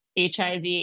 HIV